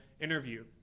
interview